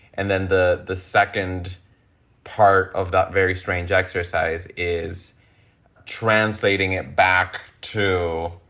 and then the the second part of that very strange exercise is translating it back to.